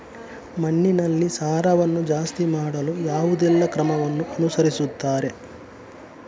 ಮಣ್ಣಿನಲ್ಲಿ ಸಾರವನ್ನು ಜಾಸ್ತಿ ಮಾಡಲು ಯಾವುದೆಲ್ಲ ಕ್ರಮವನ್ನು ಅನುಸರಿಸುತ್ತಾರೆ